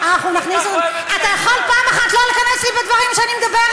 היושב-ראש, חברי חברי הכנסת, מהי משטרת המחשבות?